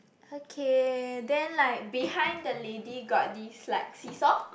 okay then like behind the lady got this like see saw